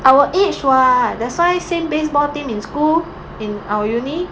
our age what that's why same baseball team in school in aljunied